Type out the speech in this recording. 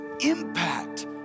impact